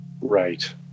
right